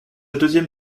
deuxième